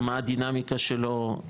מה הדינמיקה שלו,